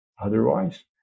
otherwise